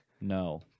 No